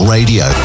Radio